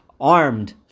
armed